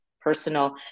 personal